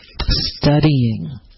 Studying